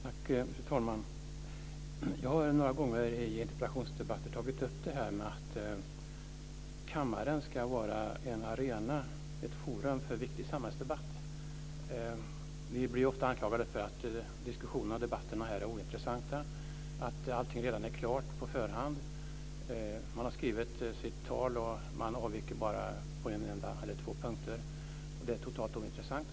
Fru talman! Jag har några gånger i interpellationsdebatter framhållit att kammaren ska vara ett forum för viktig samhällsdebatt. Vi blir ofta anklagade för att diskussionerna här är ointressanta, för att allting är klart redan på förhand. Vi har skrivit våra tal och avviker bara på en eller ett par punkter från dem, och det är totalt ointressant.